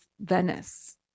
Venice